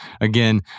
again